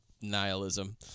nihilism